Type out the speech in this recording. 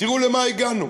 תראו למה הגענו.